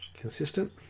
consistent